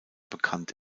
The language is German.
bekannt